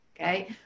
okay